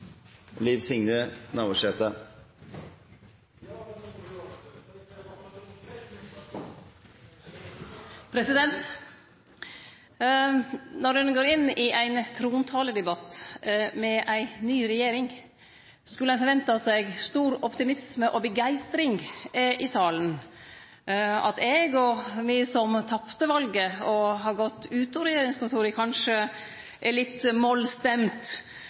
Når ein går inn i ein trontaledebatt med ei ny regjering, skulle ein forvente stor optimisme og begeistring i salen. At eg og me som tapte valet og har gått ut av regjeringskontora, kanskje er litt